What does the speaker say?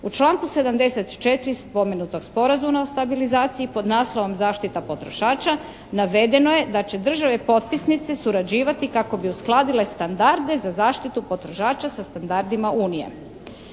U članku 74. spomenutog Sporazuma o stabilizaciji pod naslovom zaštita potrošača navedeno je da će države potpisnice surađivati kako bi uskladile standarde za zaštitu potrošača sa standardima Unije.